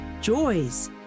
joys